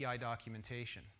documentation